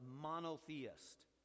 monotheist